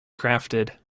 crafted